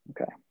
okay